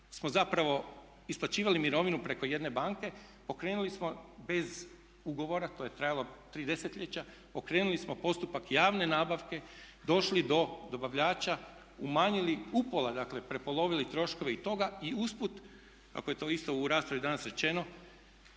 smo zapravo isplaćivali mirovinu preko jedne banke, pokrenuli smo bez ugovora, to je trajalo 3 desetljeća, pokrenuli smo postupak javne nabavke, došli do dobavljača, umanjili upola dakle, prepolovili troškove i toga i usput ako je to isto u raspravi danas rečeno